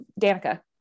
Danica